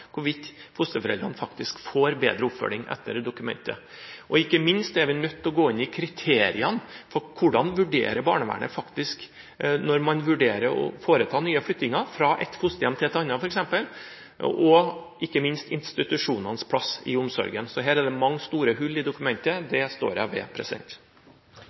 hvorvidt fosterforeldrene faktisk får bedre oppfølging etter det dokumentet. Ikke minst er vi nødt til å gå inn i kriteriene for hvordan barnevernet faktisk vurderer når man vurderer å foreta nye flyttinger, fra et fosterhjem til et annet f.eks., og ikke minst institusjonenes plass i omsorgen. Så her er det mange store hull i dokumentet. Det står jeg ved.